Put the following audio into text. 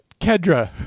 Kedra